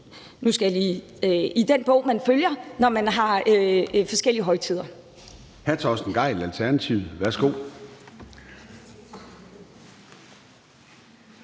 den i den bog, man følger, når man har forskellige højtider.